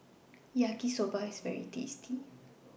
Yaki Soba IS very tasty